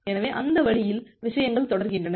எனவே அந்த வழியில் விஷயங்கள் தொடர்கின்றன